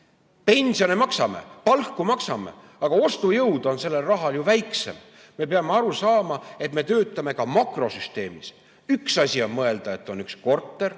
Pensione maksame, palku maksame, aga ostujõud on sellel rahal ju väiksem. Me peame aru saama, et me töötame makrosüsteemis. Üks asi on mõelda, et on üks korter